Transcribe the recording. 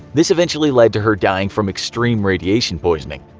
this eventually led to her dying from extreme radiation poisoning.